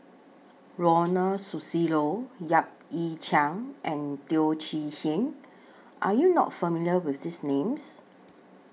Ronald Susilo Yap Ee Chian and Teo Chee Hean Are YOU not familiar with These Names